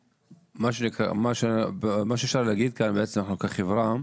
מה שאפשר להגיד כאן בעצם, אנחנו כחברה,